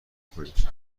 کنید